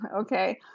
Okay